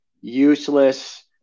useless